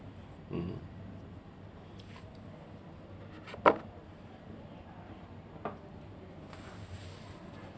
mm